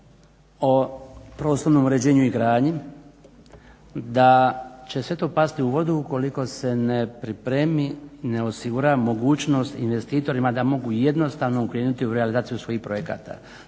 o prostornom uređenju i gradnji, da će sve to pasti u vodu ukoliko se ne pripremi, ne osigura mogućnost investitorima da mogu jednostavno krenuti u realizaciju svojih projekata.